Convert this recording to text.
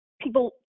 people